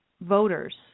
voters